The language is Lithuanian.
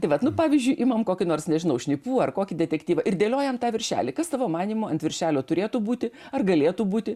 tai vat nu pavyzdžiui imam kokį nors nežinau šnipų ar kokį detektyvą ir dėliojam tą viršelį kas tavo manymu ant viršelio turėtų būti ar galėtų būti